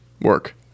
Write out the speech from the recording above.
work